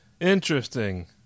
interesting